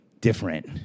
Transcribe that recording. Different